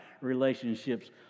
relationships